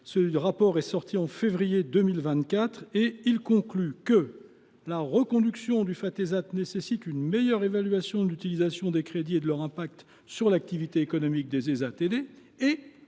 Ce rapport a été publié en février 2024. Il conclut que la reconduction du Fatésat suppose « une meilleure évaluation de l’utilisation des crédits et de leur impact sur l’activité économique des Ésat